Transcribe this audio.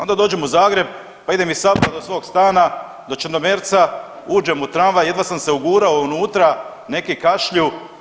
Onda dođem u Zagreb pa idemo iz Sabora do svog stana do Črnomerca uđem u tramvaj jedva sam se ugurao unutra, neki kašlju.